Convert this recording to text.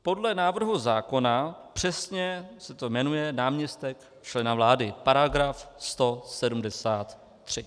Podle návrhu zákona přesně se to jmenuje náměstek člena vlády § 173.